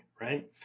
right